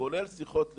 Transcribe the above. כולל שיחות לחו"ל.